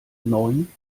neun